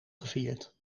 gevierd